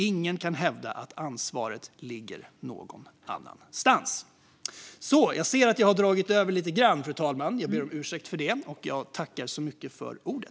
Ingen kan hävda att ansvaret ligger någon annanstans. Jag ser att jag har dragit över min talartid lite grann, fru talman. Jag ber om ursäkt för det.